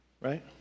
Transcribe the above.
Right